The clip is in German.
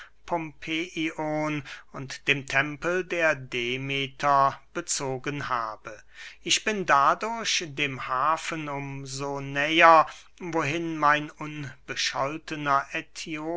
und dem tempel der demeter bezogen habe ich bin dadurch dem hafen um so näher wohin mein unbescholtener